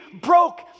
broke